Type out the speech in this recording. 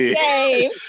game